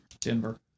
Denver